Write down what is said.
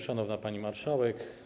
Szanowna Pani Marszałek!